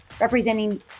representing